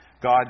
God